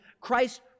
Christ